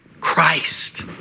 Christ